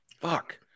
Fuck